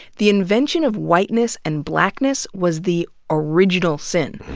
the invention of whiteness and blackness was the original sin,